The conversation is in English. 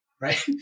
Right